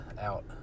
out